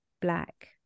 black